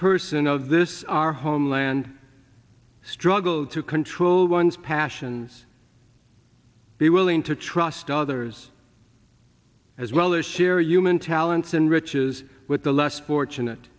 person of this our homeland struggle to control one's passions be willing to trust others as well or share human talents and riches with the less fortunate